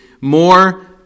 more